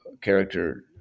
character